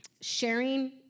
sharing